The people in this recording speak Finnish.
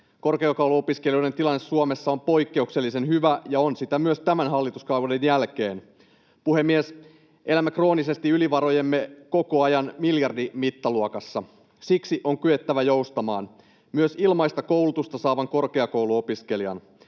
Korkeakoulu-opiskelijoiden tilanne Suomessa on poikkeuksellisen hyvä ja on sitä myös tämän hallituskauden jälkeen. Puhemies! Elämme kroonisesti yli varojemme koko ajan miljardimittaluokassa, ja siksi on kyettävä joustamaan — myös ilmaista koulutusta saavan korkeakouluopiskelijan.